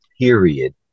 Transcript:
period